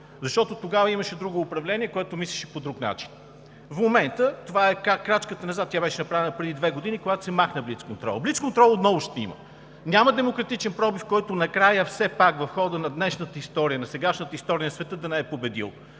защото тогава имаше друго управление, което мислеше по друг начин. В момента това е крачка назад – тя беше направена преди две години, когато се махна блицконтролът. Блицконтрол отново ще има. Няма демократичен пробив, който в хода на днешната история, на сегашната история на света накрая да не е победил.